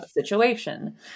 situation